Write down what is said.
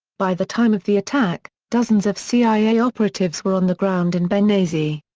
by the time of the attack, dozens of cia operatives were on the ground in benghazi.